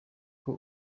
ubwo